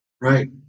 right